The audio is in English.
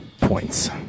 Points